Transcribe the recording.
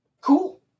Cool